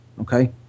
okay